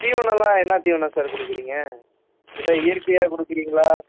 தீவனமெல்லாம் என்ன தீவனம் சார் கொடுக்குறீங்க ஏதா இயற்கையாக கொடுக்குறீங்களா